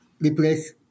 replace